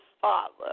Father